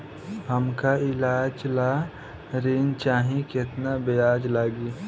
हमका ईलाज ला ऋण चाही केतना ब्याज लागी?